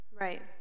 Right